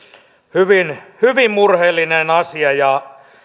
hyvin hyvin murheellinen asia ja